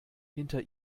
hinter